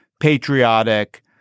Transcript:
patriotic